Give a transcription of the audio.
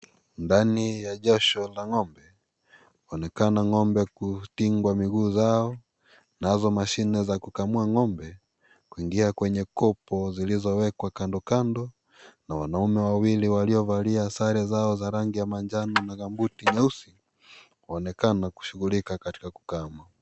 Ndani ya josho la ng'ombe, wanaonekana ngombe kufungwa miguu zao nazo mashine za kukamua ng'ombe kuingia kwenye kopo zilizowekwa Kando Kando na wanaume wawili waliovalia sare zao za rangi ya manjano na kabuti nyeusi kuonekana kushughulika katika kukama.